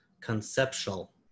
conceptual